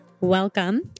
Welcome